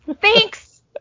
Thanks